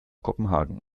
kopenhagen